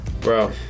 bro